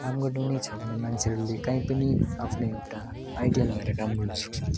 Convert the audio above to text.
काम गर्नु नै छ भने मान्छेहरूले कहीँ पनि आफ्नो एउटा आइडिया लगाएर काम गर्नुसक्छ